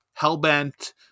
hellbent